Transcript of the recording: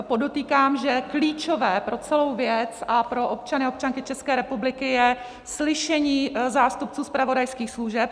Podotýkám, že klíčové pro celou věc a pro občany a občanky České republiky je slyšení zástupců zpravodajských služeb.